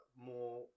more